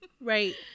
Right